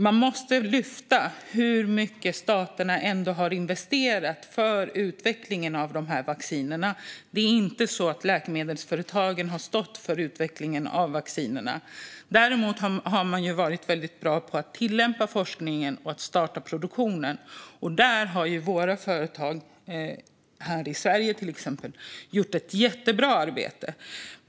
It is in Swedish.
Man måste lyfta fram hur mycket staterna ändå har investerat för utvecklingen av vaccinerna. Det är inte så att läkemedelsföretagen har stått för utvecklingen av vaccinerna. Däremot har man varit väldigt bra på att tillämpa forskningen och att starta produktionen. Där har våra företag här i Sverige till exempel gjort ett jättebra arbete.